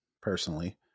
personally